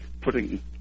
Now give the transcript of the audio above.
putting